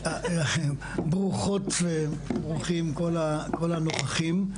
ברוכות וברוכים כל הנוכחים.